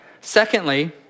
Secondly